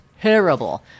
terrible